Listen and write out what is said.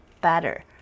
better